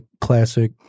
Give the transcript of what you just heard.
classic